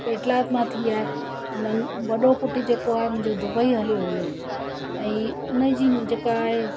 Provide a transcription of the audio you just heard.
पेटलात मां थी आए नन वॾो पुटु जेको आहे मुंहिंजो दुबई हली वियो ऐं हुनजी जेका आहे